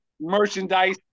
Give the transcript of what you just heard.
merchandise